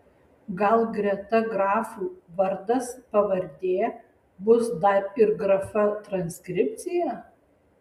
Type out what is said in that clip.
gal greta grafų vardas pavardė bus dar ir grafa transkripcija